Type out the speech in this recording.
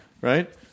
right